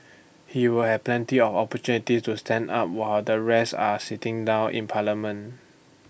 he will have plenty of opportunities to stand up while the rest are sitting down in parliament